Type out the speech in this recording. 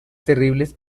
terribles